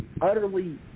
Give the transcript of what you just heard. utterly